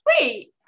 wait